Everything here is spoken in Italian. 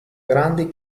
grandi